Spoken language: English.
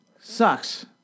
sucks